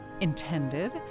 intended